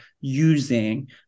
using